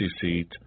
seat